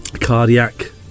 Cardiac